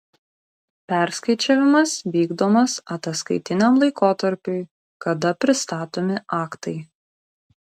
perskaičiavimas vykdomas ataskaitiniam laikotarpiui kada pristatomi aktai